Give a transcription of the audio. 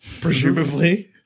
presumably